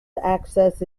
access